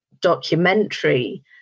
documentary